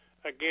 again